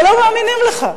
אבל לא מאמינים לך.